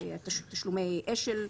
תשלומי אש"ל,